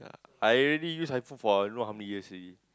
I already use iPhone for I don't know how many years already